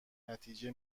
نتیجه